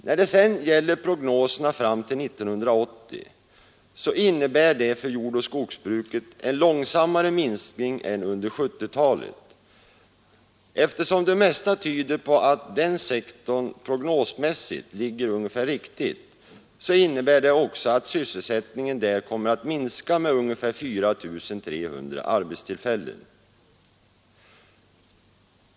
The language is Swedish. När det gäller prognoserna fram till 1980 så innebär de för jordoch skogsbruket en långsammare minskning under 1970-talet. Eftersom det mesta tyder på att den sektorn ligger ungefär riktigt, innebär det att sysselsättningen där kommer att minska med ungefär 4 300 arbetstillfällen.